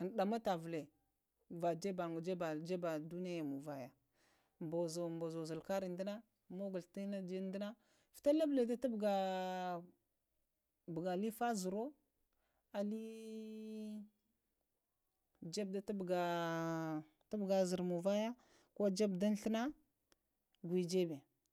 ɗamata vəlah va ŋaba manŋ duniya man vaya, ɓozozu 9 kare ɗana, mogol tina jaɗe ɗana vita lubula ɗa tubga- ah ɓuga lə fa zuro ali jebe ɗa tubga zurif ali jibe da zaro manvaya ko jebe dun flaəna gwe jeba.